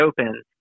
open